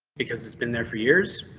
because it's been there for years.